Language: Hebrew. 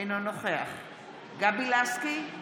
אינו נוכח גבי לסקי,